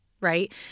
right